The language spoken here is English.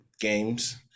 games